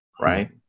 right